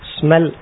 Smell